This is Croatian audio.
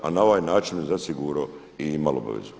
A na ovaj način bi zasigurno i imali obavezu.